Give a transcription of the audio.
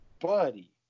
buddy